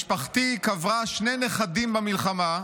משפחתי קברה שני נכדים במלחמה,